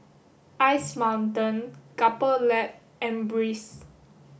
Ice Mountain Couple Lab and Breeze